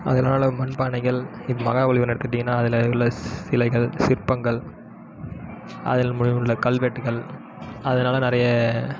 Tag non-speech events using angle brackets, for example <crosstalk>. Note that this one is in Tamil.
அதனால் மண்பானைகள் இப்போ மகாபலிபுரம் எடுத்துகிட்டீங்கனா அதில் உள்ள சிலைகள் சிற்பங்கள் அதில் <unintelligible> உள்ள கல்வெட்டுகள் அதனால் நிறைய